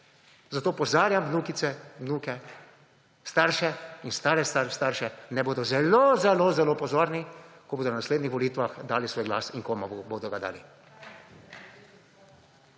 Zato opozarjam vnukice, vnuke, starše in stare starše, naj bodo zelo zelo pozorni, ko bodo na naslednjih volitvah dali svoj glas in komu ga bodo dali.